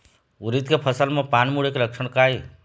उरीद के फसल म पान मुड़े के लक्षण का ये?